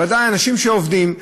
ודאי אנשים שעובדים,